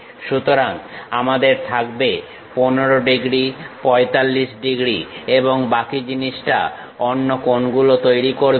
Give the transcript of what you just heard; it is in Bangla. সুতরাং আমাদের থাকবে 15 ডিগ্রী 45 ডিগ্রী এবং বাকি জিনিসটা অন্য কোণগুলো তৈরি করবে